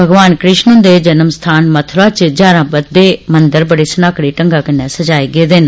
भगवान कृष्ण हन्दे जन्म स्थान मथ्रा च ज्हारां बद्दे मंदर बड़े सन्हाकड़े ढंगै नै सजाये गेदे न